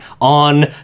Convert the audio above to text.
on